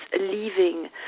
leaving